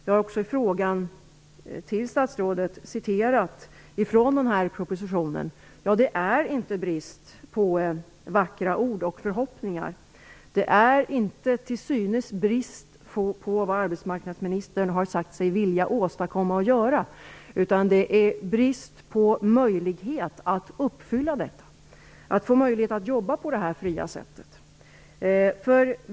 Jag har i frågan till statsrådet citerat från propositionen. Det är inte brist på vackra ord och förhoppningar. Det är inte, synes det, någon brist vad gäller det som arbetsmarknadsministern sagt sig vilja åstadkomma. Men det är brist på möjligheter att uppfylla detta - att få jobba på nämnda fria sätt.